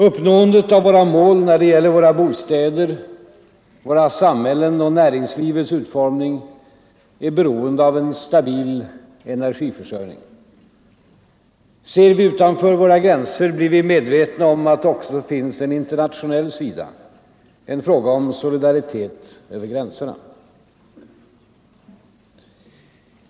Uppnåendet av våra mål när det gäller våra bostäder, våra samhällen och näringslivets utformning är beroende av en stabil energiförsörjning. Ser vi utanför våra gränser blir vi medvetna om att det också finns en internationell sida, en fråga om solidaritet över gränserna.